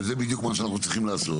וזה בדיוק מה שאנחנו צריכים לעשות